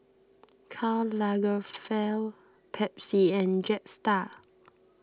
Karl Lagerfeld Pepsi and Jetstar